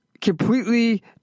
completely